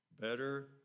Better